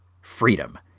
freedom